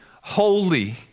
holy